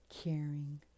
caring